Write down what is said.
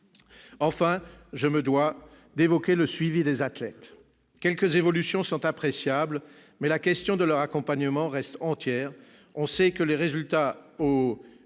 Enfin, je me dois d'évoquer le suivi des athlètes. Quelques évolutions sont appréciables, mais la question de leur accompagnement reste entière. On sait que les résultats aux